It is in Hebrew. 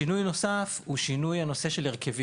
שינוי נוסף נוגע להרכבים.